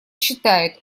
считает